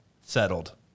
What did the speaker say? Settled